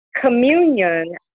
communion